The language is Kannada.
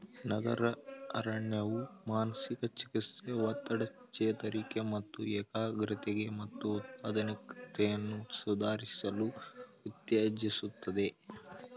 ನಗರ ಅರಣ್ಯವು ಮಾನಸಿಕ ಚಿಕಿತ್ಸೆ ಒತ್ತಡ ಚೇತರಿಕೆ ಮತ್ತು ಏಕಾಗ್ರತೆ ಮತ್ತು ಉತ್ಪಾದಕತೆಯನ್ನು ಸುಧಾರಿಸಲು ಉತ್ತೇಜಿಸ್ತದೆ